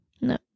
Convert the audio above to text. No